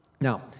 Now